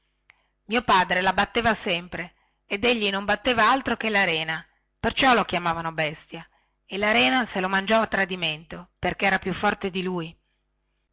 mio padre la batteva sempre ed egli non batteva altro che la rena perciò lo chiamavano bestia e la rena se lo mangiò a tradimento perchè era più forte di lui